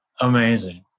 Amazing